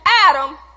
Adam